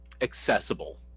accessible